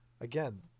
again